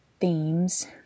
themes